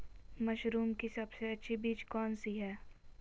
Mushroom की सबसे अच्छी बीज कौन सी है?